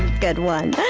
good one.